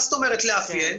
מה זאת אומרת לאפיין?